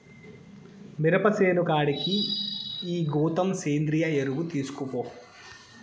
మిరప సేను కాడికి ఈ గోతం సేంద్రియ ఎరువు తీస్కపో